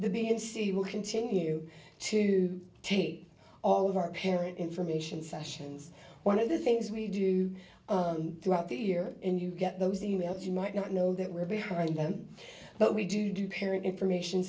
the b and c will continue to take all of our parent information sessions one of the things we do throughout the year and you get those e mails you might not know that we're behind them but we do parent information